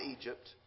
Egypt